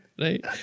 right